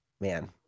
man